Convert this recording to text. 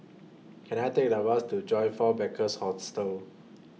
Can I Take A Bus to Joyfor Backpackers' Hostel